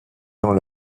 dans